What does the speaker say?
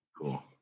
Cool